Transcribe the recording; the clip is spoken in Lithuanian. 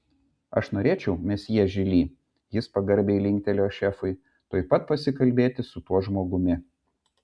aš norėčiau mesjė žili jis pagarbiai linktelėjo šefui tuoj pat pasikalbėti su tuo žmogumi